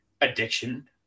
addiction